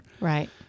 Right